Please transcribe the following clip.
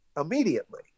immediately